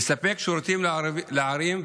לטפל במחירי מוצרי המחיה הבסיסיים המתעצמים